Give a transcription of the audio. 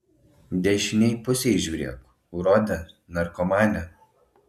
dešinėj pusėj žiūrėk urode narkomane